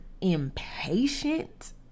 impatient